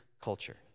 culture